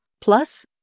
Plus